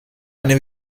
eine